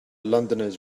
londoners